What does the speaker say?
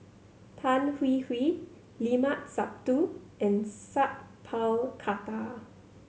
Tan Hwee Hwee Limat Sabtu and Sat Pal Khattar